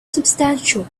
substantial